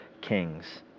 kings